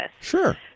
Sure